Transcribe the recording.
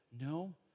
no